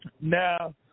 Now